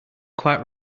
quite